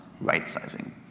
right-sizing